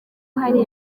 hari